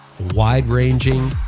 wide-ranging